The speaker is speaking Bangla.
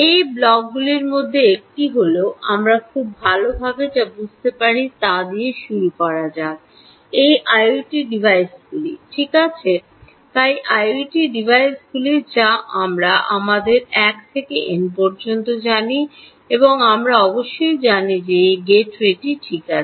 এই ব্লকগুলির মধ্যে একটি হল আমরা খুব ভালভাবে যা বুঝতে পারি তা দিয়ে শুরু করা যাক এই আইওটি ডিভাইসগুলি ঠিক আছে তাই আইওটি ডিভাইসগুলি যা আমরা আমাদের 1 থেকে এন পর্যন্ত জানি এবং আমরা অবশ্যই জানি যে এই গেটওয়েটি ঠিক আছে